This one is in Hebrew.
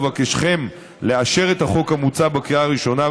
אבקשכם לאשר את החוק המוצע בקריאה הראשונה,